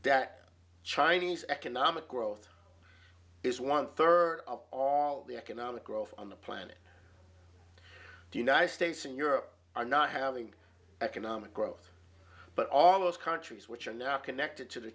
that chinese economic growth is one third of all the economic growth on the planet do you know i states in europe are not having economic growth but all those countries which are now connected to the